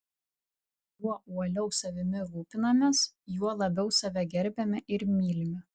juo uoliau savimi rūpinamės juo labiau save gerbiame ir mylime